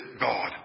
God